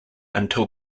until